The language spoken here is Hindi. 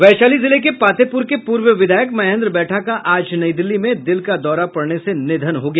वैशाली जिले के पातेपुर के पूर्व विधायक महेन्द्र बैठा का आज नई दिल्ली में दिल का दौरा पड़ने से निधन हो गया